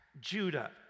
Judah